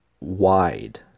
wide